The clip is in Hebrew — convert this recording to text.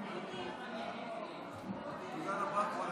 הינה, אני מאפס